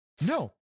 No